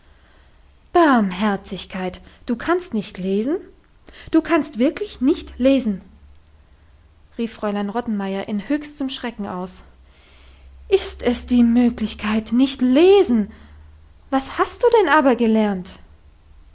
barmherzigkeit du kannst nicht lesen du kannst wirklich nicht lesen rief fräulein rottenmeier im höchsten schrecken aus ist es die möglichkeit nicht lesen was hast du denn aber gelernt